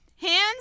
hands